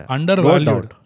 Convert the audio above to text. Undervalued